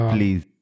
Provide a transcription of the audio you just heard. Please